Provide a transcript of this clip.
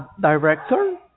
director